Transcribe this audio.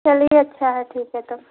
चलिए अच्छा है ठीक है तब